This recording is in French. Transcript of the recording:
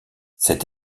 cette